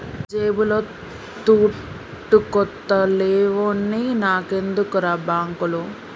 జేబుల తూటుకొత్త లేనోన్ని నాకెందుకుర్రా బాంకులు